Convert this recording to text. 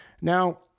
now